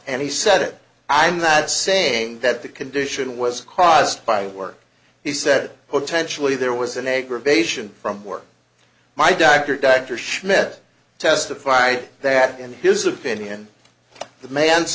and he said it i'm not saying that the condition was caused by work he said potentially there was an aggravation from work my doctor dr schmidt testified that in his opinion the man